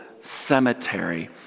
cemetery